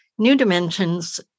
newdimensions